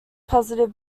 positive